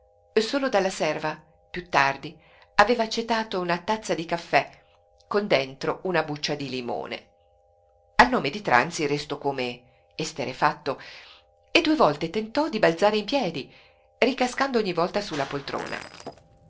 mezzogiorno solo dalla serva piú tardi aveva accettato una tazza di caffè con dentro una buccia di limone al nome di tranzi restò come esterrefatto e due volte tentò di balzare in piedi ricascando ogni volta su la poltrona